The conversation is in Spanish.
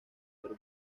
perú